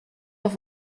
auf